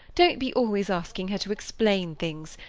don't be always asking her to explain things.